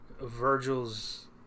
Virgil's